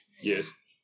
Yes